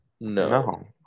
No